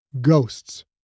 Ghosts